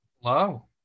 Hello